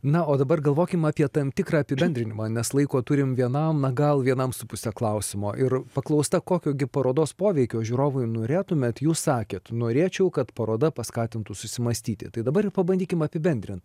na o dabar galvokim apie tam tikrą apibendrinimą nes laiko turim vienam gal vienam su puse klausimo ir paklausta kokio gi parodos poveikio žiūrovui norėtumėt jūs sakėt norėčiau kad paroda paskatintų susimąstyti tai dabar pabandykim apibendrint